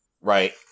right